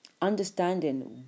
understanding